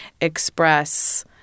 express